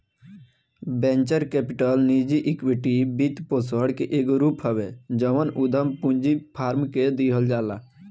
venture capital निजी equity वित्तपोषण के एगो रूप हवे जवन उधम पूंजी फार्म के दिहल जाला